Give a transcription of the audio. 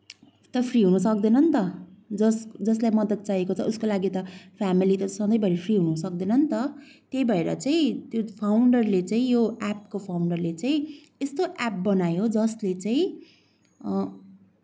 त फ्री हुन सक्दैन नि त जस जसलाई मद्दत चाहिएको छ उसको लागि त फेमिली त सधैँ भरी फ्री हुन सक्दैन नि त त्यही भएर चाहिँ त्यो फाउन्डरले चाहिँ यो एपको फाउन्डरले चाहिँ यस्तो एप बनायो जसले चाहिँ